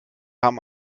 haben